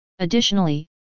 Additionally